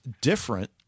different